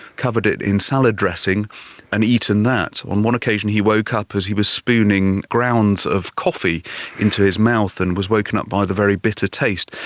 covered it in salad dressing and eaten that. on one occasion he woke up as he was spooning grounds of coffee into his mouth and was woken up by the very bitter taste.